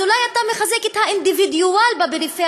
אז אולי אתה מחזק את האינדיבידואל בפריפריה,